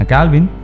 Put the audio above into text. Calvin